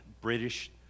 British